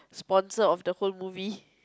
sponsor of the whole movie